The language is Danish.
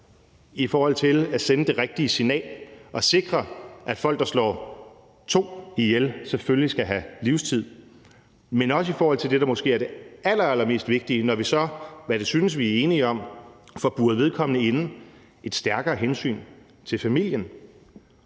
i forhold til at sende det rigtige signal og sikre, at folk, der slår to ihjel, selvfølgelig skal have livstid, men også i forhold til det, der måske er det allerallermest vigtige, når vi, hvad det synes vi er enige om, så får buret vedkommende inde: et stærkere hensyn til familien.